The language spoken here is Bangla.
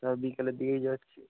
তাহলে বিকালের দিকেই যাচ্ছি